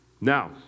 Now